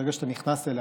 ברגע שאתה נכנס אליה,